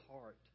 heart